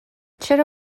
چرا